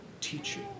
Teaching